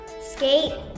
skate